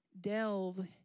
delve